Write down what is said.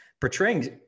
Portraying